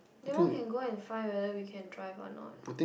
that one can go and find whether we can drive or not